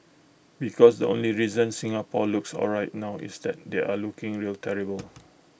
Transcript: because the only reason Singapore looks alright now is that they are looking real terrible